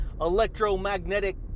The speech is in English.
electromagnetic